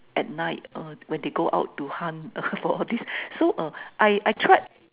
at night uh when they go out to hunt err for all this so uh I I try